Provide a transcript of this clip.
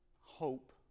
hope